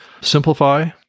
simplify